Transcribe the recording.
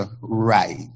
right